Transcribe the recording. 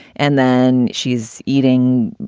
and then she's eating,